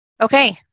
Okay